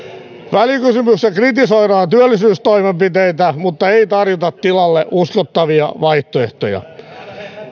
välikysymyksessä kritisoidaan työllisyystoimenpiteitä mutta ei tarjota tilalle uskottavia vaihtoehtoja